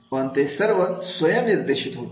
पण ते सर्व स्वयम् निर्देशित होते